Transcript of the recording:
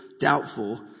doubtful